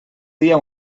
dia